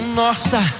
nossa